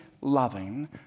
loving